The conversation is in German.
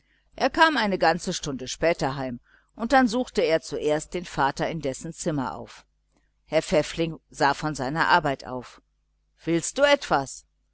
er kam eine ganze stunde später heim und dann suchte er zuerst den vater in dessen zimmer auf herr pfäffling sah von seinen musikalien auf willst du etwas